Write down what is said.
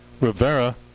Rivera